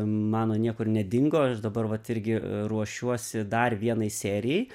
mano niekur nedingo aš dabar vat irgi ruošiuosi dar vienai serijai